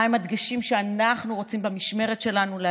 מהם הדגשים שאנחנו רוצים להשאיר במשמרת שלנו.